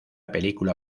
película